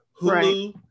Hulu